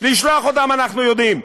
לשלוח אותם אנחנו יודעים,